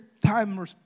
time